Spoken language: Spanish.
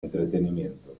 entretenimiento